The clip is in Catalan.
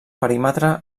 perímetre